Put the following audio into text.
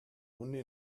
hunde